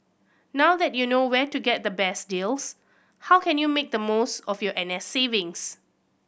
now that you know where to get the best deals how can you make the most of your N S savings